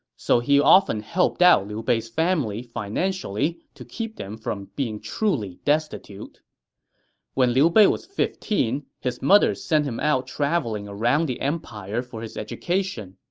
so he often helped out liu bei's family financially to keep them from being truly destitute when liu bei was fifteen, his mother sent him out traveling around the empire for his education.